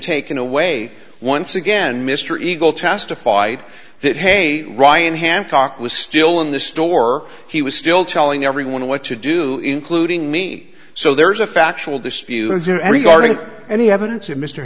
taken away once again mr eagle testified that hey ryan hancock was still in the store he was still telling everyone what to do including me so there is a factual dispute guarding any evidence of mr